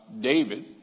David